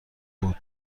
بود